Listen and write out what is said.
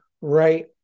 right